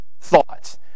thoughts